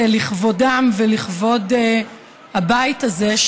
לכבודם ולכבוד הבית הזה,